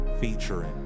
featuring